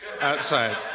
outside